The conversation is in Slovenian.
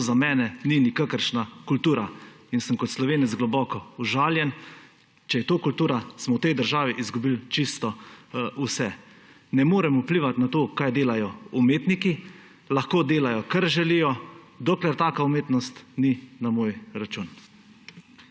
To za mene ni nikakršna kultura in sem ko Slovenec globoko užaljen. Če je to kultura, smo v tej državi izgubili čisto vse. Ne morem vplivati na to, kaj delajo umetniki, lahko delajo kar želijo, dokler taka umetnost ni na moj račun.